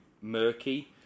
murky